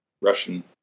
Russian